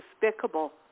despicable